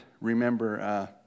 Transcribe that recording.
remember